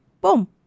boom